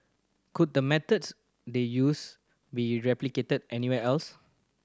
could the methods they used be replicated anyone else